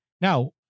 Now